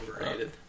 overrated